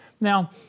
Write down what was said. Now